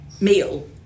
meal